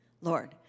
Lord